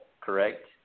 correct